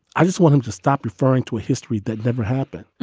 i just want him to stop referring to a history that never happened.